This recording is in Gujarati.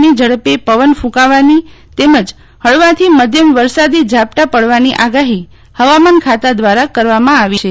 ની ઝડપે પવન કૂંકાવાની તેમજ હળવાથી મધ્યમ વરસાદી ઝાપટાની આગાહી હવામાન ખાતા દ્વારા કરવામાં આવી છે